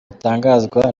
bitangazwa